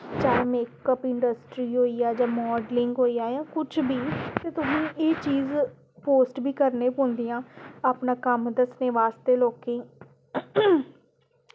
चाहे makeup industry होइया जां मॉडलिंग होइया ते कुछ बी ते तुसें ई एह् चीज़ पोस्ट बी करना गै पौंदियां अपना कम्म दस्सनै बास्तै लोकें ई